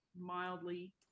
mildly